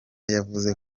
yavuze